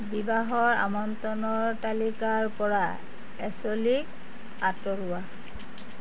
বিবাহৰ আমন্ত্ৰণৰ তালিকাৰ পৰা এছলীক আঁতৰোৱা